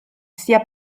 sia